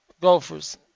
gophers